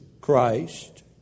Christ